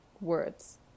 words